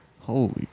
Holy